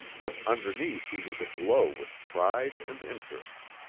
but underneath he was aglow with pride and interest.